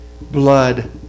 Blood